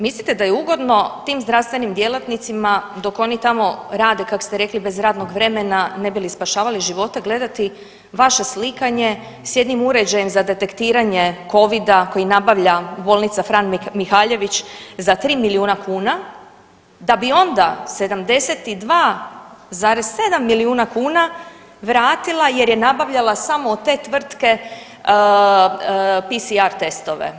Mislite da je ugodno tim zdravstvenim djelatnicima dok oni tamo rade, kak ste rekli, bez radnog vremena, ne bi li spašavali živote, gledati vaše slikanje s jednim uređajem za detektiranje Covida koji nabavlja bolnica Fran Mihaljević za 3 milijuna kuna, da bi onda 72,7 milijuna kuna vratila jer je nabavljala samo od te tvrtke PCR testove.